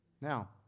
Now